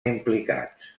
implicats